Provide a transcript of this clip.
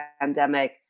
pandemic